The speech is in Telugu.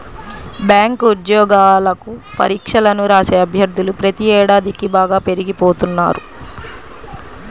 బ్యాంకు ఉద్యోగాలకు పరీక్షలను రాసే అభ్యర్థులు ప్రతి ఏడాదికీ బాగా పెరిగిపోతున్నారు